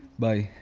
bye!